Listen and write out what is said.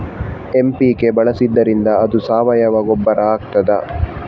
MPK ಬಳಸಿದ್ದರಿಂದ ಅದು ಸಾವಯವ ಗೊಬ್ಬರ ಆಗ್ತದ?